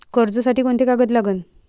कर्जसाठी कोंते कागद लागन?